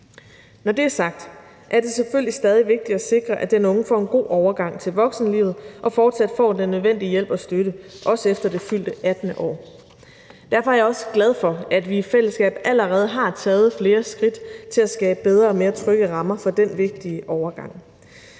Når det er sagt, er det selvfølgelig stadig vigtigt at sikre, at den unge får en god overgang til voksenlivet og fortsat får den nødvendige hjælp og støtte, også efter det fyldte 18 år. Derfor er jeg også glad for, at vi i fællesskab allerede har taget flere skridt til at skabe bedre og mere trygge rammer for den vigtige overgang.